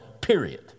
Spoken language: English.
Period